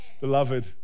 Beloved